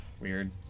Weird